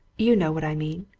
you know what i mean?